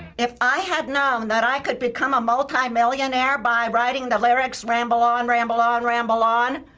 if i had known that i could become a multi-millionaire by writing the lyrics ramble on, ramble on, ramble on.